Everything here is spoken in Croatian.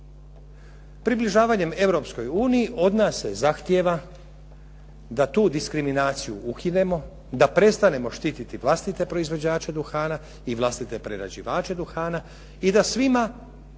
Približavanjem Europskoj uniji od nas se zahtjeva da tu diskriminaciju ukinemo, da prestanemo štiti vlastite proizvođače duhana i vlastite prerađivače duhana i da svima